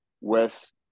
West